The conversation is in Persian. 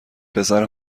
پسر